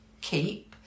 keep